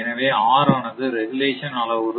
எனவே R ஆனது regulation அளவுரு